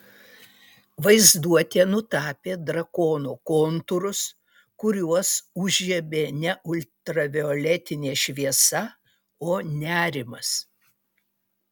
vaizduotė nutapė drakono kontūrus kuriuos užžiebė ne ultravioletinė šviesa o nerimas